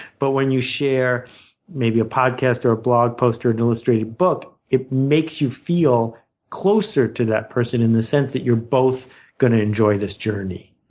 but when you share maybe a podcast or a blog post or an illustrated book, it makes you feel closer to that person in the sense that you're both going to enjoy this journey.